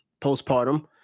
Postpartum